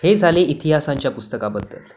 हे झाले इतिहासांच्या पुस्तकाबद्दल